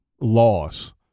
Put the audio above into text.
loss